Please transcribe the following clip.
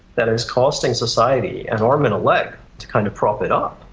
that is costing society an arm and a leg to kind of prop it up,